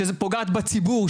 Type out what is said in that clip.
שפוגעת בציבור,